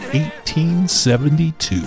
1872